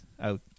out